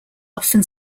often